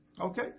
Okay